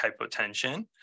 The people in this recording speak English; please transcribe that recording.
hypotension